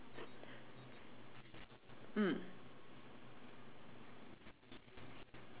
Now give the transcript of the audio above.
mm